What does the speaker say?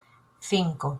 cinco